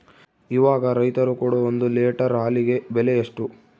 ಇವಾಗ ರೈತರು ಕೊಡೊ ಒಂದು ಲೇಟರ್ ಹಾಲಿಗೆ ಬೆಲೆ ಎಷ್ಟು?